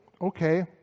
Okay